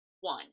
one